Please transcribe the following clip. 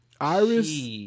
Iris